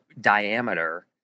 diameter